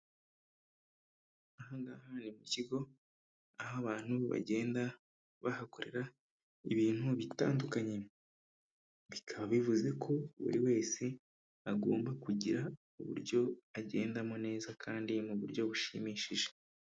Aha ngaha ni mu kigo, aho abantu bagenda bahakorera ibintu bitandukanye. Bikaba bivuze ko buri wese agomba kugira uburyo agendamo neza kandi mu buryo bushimishije.